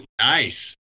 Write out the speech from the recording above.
Nice